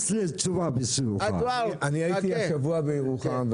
אני הייתי השבוע בירוחם,